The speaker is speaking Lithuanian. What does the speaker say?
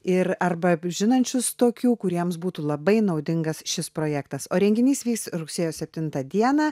ir arba žinančius tokių kuriems būtų labai naudingas šis projektas o renginys vyks rugsėjo septintą dieną